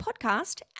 podcast